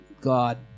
God